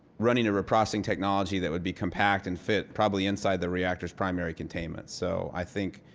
running a reprocessing technology that would be compact and fit probably inside the reactor's primary containment. so, i think,